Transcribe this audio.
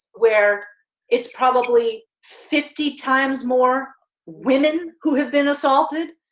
where it's probably fifty times more women who have been assaulted.